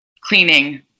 cleaning